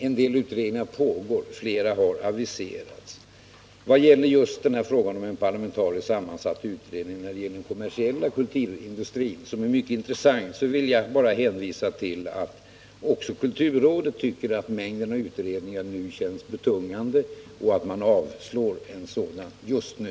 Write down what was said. En del utredningar pågår, flera har aviserats. Vad gäller just frågan om en parlamentariskt sammansatt utredning rörande den kommersiella kulturindustrin, som är mycket intressant, vill jag bara hänvisa till att också kulturrådet tycker att mängden av utredningar nu känns betungande och att man avstyrker tillsättandet av ytterligare en utredning just nu.